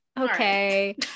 okay